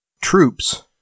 troops